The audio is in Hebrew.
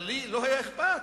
אבל לי לא היה אכפת,